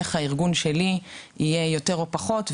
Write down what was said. איך הארגון שלי יהיה יותר או פחות,